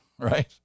right